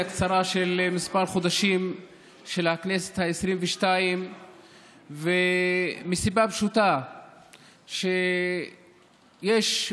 על אותו עובד זר הוא משלם 200%. צריך להבין שקשיש או קשישה שיש להם